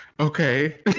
Okay